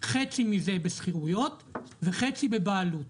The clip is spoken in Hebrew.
חצי מזה בשכירויות וחצי בבעלות,